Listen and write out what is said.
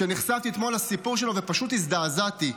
שנחשפתי אתמול לסיפור שלו ופשוט הזדעזעתי,